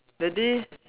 that day